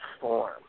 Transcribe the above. form